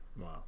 wow